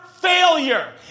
failure